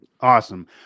Awesome